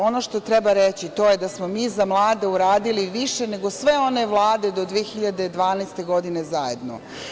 Ono što treba reći, to je da smo mi za mlade uradili više nego sve one vlade do 2012. godine zajedno.